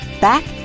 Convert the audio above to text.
back